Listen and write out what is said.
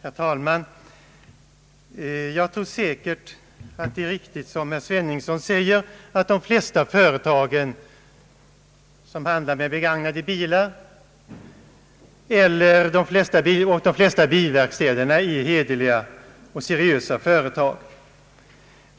Herr talman! Jag tror säkert att det är riktigt som herr Sveningsson säger, att de flesta företag som handlar med begagnade bilar och de flesta bilverkstäder är hederliga och seriösa.